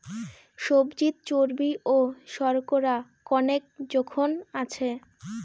সবজিত চর্বি ও শর্করা কণেক জোখন আছে